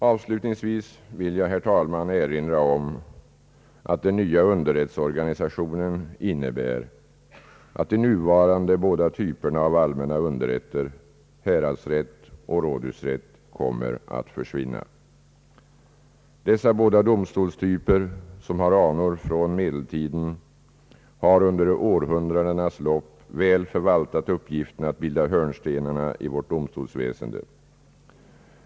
Avslutningsvis vill jag erinra om att den nya underrättsorganisationen innebär att de nuvarande båda typerna av allmänna underrätter, häradsrätt och rådhusrätt, kommer att försvinna. Dessa båda domstolstyper, som har anor från medeltiden, har under århundradenas lopp väl förvaltat uppgiften att bilda hörnstenarna i vårt domstolsväsende.